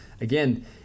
again